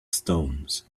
stones